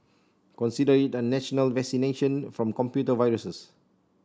consider it a national vaccination from computer viruses